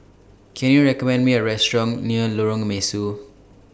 Can YOU recommend Me A Restaurant near Lorong Mesu